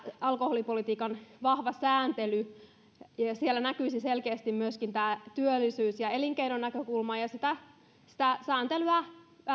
alkoholipolitiikan vahvaa sääntelyä ja ja siellä näkyisi selkeästi myöskin tämä työllisyys ja elinkeinonäkökulma ja sitä sitä sääntelyä